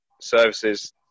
services